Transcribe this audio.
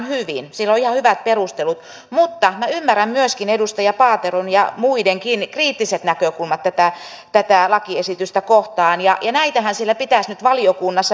siinä on ihan hyvät perustelut mutta minä ymmärrän myöskin edustaja paateron ja muidenkin kriittiset näkökulmat tätä lakiesitystä kohtaan ja näitähän pitäisi nyt siellä valiokunnassa perusteellisesti käsitellä